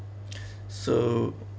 so